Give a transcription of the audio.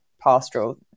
pastoral